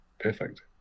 perfect